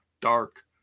dark